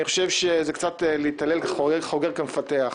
אני חושב שזה קצת להתהלל חוגר כמפתח.